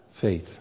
Faith